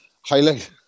highlight